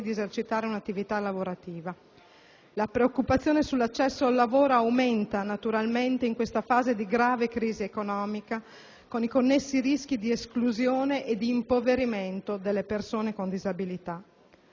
di esercitare un'attività lavorativa. La preoccupazione sull'accesso al lavoro aumenta, come è evidente, in questa fase di grave crisi economica, con i connessi rischi di esclusione ed impoverimento delle persone con disabilità.